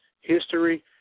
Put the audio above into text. history